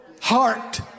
heart